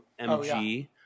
MG